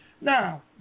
Now